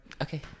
Okay